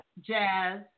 Jazz